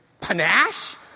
panache